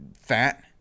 Fat